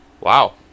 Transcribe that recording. Wow